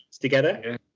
together